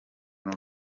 n’u